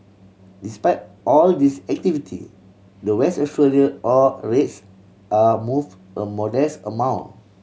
despite all this activity the West Australia ore rates are move a modest amount